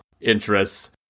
interests